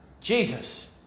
Jesus